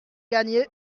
gagné